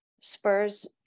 spurs